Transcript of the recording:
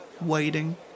waiting